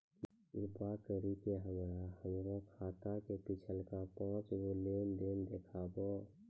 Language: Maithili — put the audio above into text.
कृपा करि के हमरा हमरो खाता के पिछलका पांच गो लेन देन देखाबो